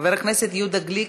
חבר הכנסת יהודה גליק,